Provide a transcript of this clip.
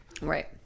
right